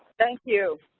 thank you.